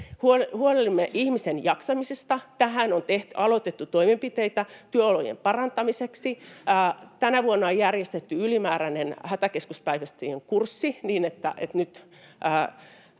huolehdimme ihmisen jaksamisesta. Tähän on aloitettu toimenpiteitä työolojen parantamiseksi. Tänä vuonna on järjestetty ylimääräinen hätäkeskuspäivystäjien kurssi, niin että nyt